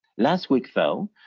last week though,